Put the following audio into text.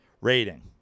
Rating